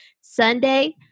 Sunday